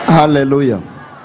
hallelujah